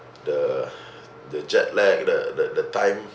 the the jet lag the the the time